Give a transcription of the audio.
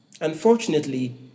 Unfortunately